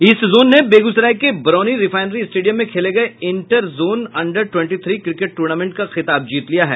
east zone ने बेगूसराय के Barauni refinery stadium में खेले गये inter zone under twenty three cricket tournament का खिताब जीत लिया है